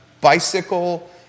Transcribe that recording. bicycle